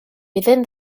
within